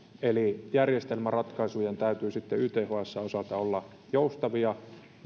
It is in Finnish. eli järjestelmän ratkaisujen täytyy sitten ythsn osalta olla joustavia